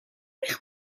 eich